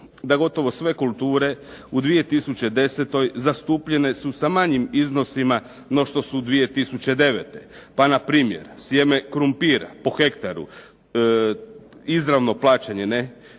da gotovo sve kulture u 2010. zastupljene su sa manjim iznosima no što su 2009. Pa na primjer sjeme krumpira po hektaru izravno plaćanje, do